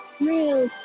Real